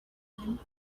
time